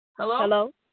Hello